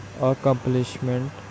accomplishment